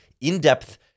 in-depth